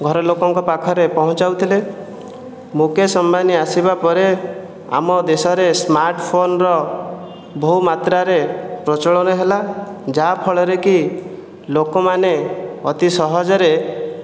ଘର ଲୋକଙ୍କ ପାଖରେ ପହଞ୍ଚାଉଥିଲେ ମୁକେଶ ଅମ୍ବାନୀ ଆସିବା ପରେ ଆମ ଦେଶରେ ସ୍ମାର୍ଟଫୋନ୍ର ବହୁ ମାତ୍ରାରେ ପ୍ରଚଳନ ହେଲା ଯାହା ଫଳରେକି ଲୋକମାନେ ଅତି ସହଜରେ